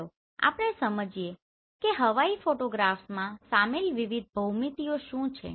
ચાલો આપણે સમજીએ કે હવાઇ ફોટોગ્રાફ્સમાં સામેલ વિવિધ ભૌમિતિઓ શું છે